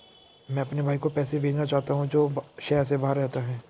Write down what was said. मैं अपने भाई को पैसे भेजना चाहता हूँ जो शहर से बाहर रहता है